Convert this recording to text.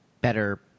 better